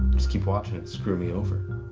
just keep watching it screw me over.